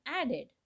added